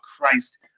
Christ